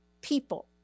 people